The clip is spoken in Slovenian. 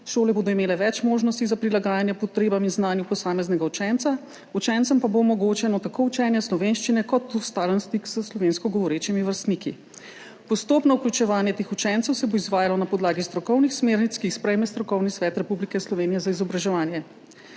Šole bodo imele več možnosti za prilagajanje potrebam in znanju posameznega učenca, učencem pa bo omogočeno tako učenje slovenščine kot tudi stalen stik s slovensko govorečimi vrstniki. Postopno vključevanje teh učencev se bo izvajalo na podlagi strokovnih smernic, ki jih sprejme Strokovni svet Republike Slovenije za splošno izobraževanje.